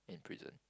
in prison